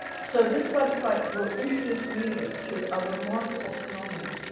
so this website will introduce readers to a remarkable phenomenon,